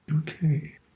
Okay